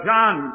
John